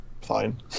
fine